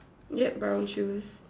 yup brown shoes